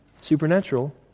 supernatural